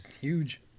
huge